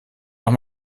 noch